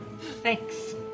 Thanks